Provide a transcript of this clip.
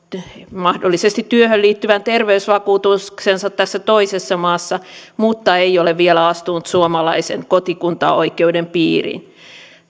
mahdollisesti työhön liittyvän terveysvakuutuksensa tässä toisessa maassa mutta ei ole vielä astunut suomalaisen kotikuntaoikeuden piiriin